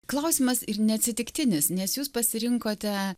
klausimas ir neatsitiktinis nes jūs pasirinkote